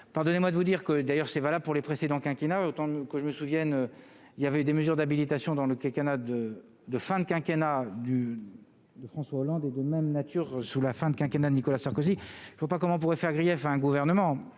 pardonnez-moi de vous dire que, d'ailleurs, c'est valable pour les précédents quinquennats autant que je me souvienne, il y avait des mesures d'habilitation dans le quinquennat de de fin de quinquennat du de François Hollande et de même nature sous la fin du quinquennat de Nicolas Sarkozy, il ne faut pas comment on pourrait faire grief à un gouvernement